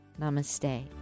namaste